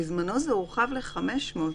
בזמנו זה הורחב ל-500.